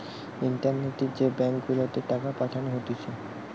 ইন্টারনেটে যে ব্যাঙ্ক গুলাতে টাকা পাঠানো হতিছে